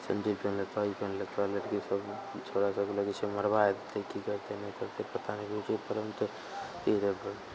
sandal पेन्ह लेतऽ ई पेन्ह लेतऽ लड़की सब छौड़ा सबके लगय छै मरबाय देतय कि करतय नहि करतय पता नहि